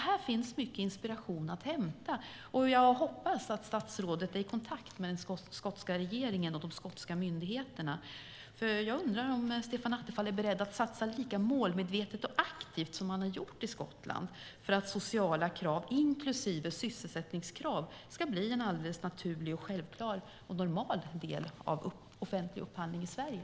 Här finns mycket inspiration att hämta, och jag hoppas att statsrådet är i kontakt med den skotska regeringen och de skotska myndigheterna. Jag undrar om Stefan Attefall är beredd att satsa lika målmedvetet och aktivt som man har gjort i Skottland för att sociala krav inklusive sysselsättningskrav ska bli en alldeles naturlig, självklar och normal del av offentlig upphandling i Sverige.